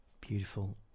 Beautiful